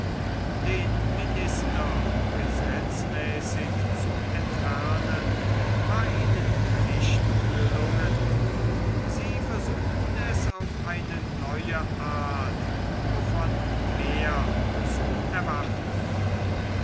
den minister gesetzmäßig zu entfernen war ihnen nicht gelungen sie versuchten es auf eine neue art wovon mehr zu erwarten war